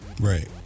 Right